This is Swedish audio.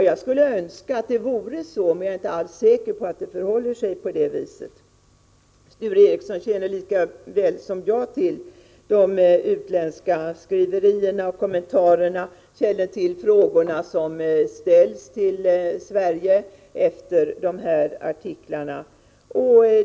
Jag skulle önska att det vore så, men jag är inte alls säker på att det förhåller sig på det viset. Sture Ericson känner lika väl som jag till de utländska skriverierna och kommentarerna liksom de frågor som ställs till Sverige efter de här artiklarna.